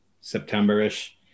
September-ish